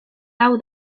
hau